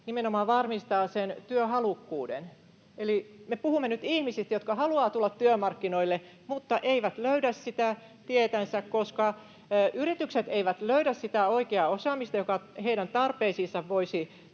nimenomaan varmistaa sen työhalukkuuden. Eli me puhumme nyt ihmisistä, jotka haluavat tulla työmarkkinoille mutta eivät löydä sitä tietänsä, koska yritykset eivät löydä oikeaa osaamista, joka heidän tarpeisiinsa voisi